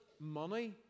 money